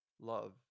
Love